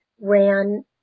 ran